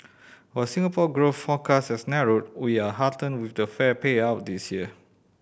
while Singapore growth forecast has narrowed we are heartened with the fair payout this year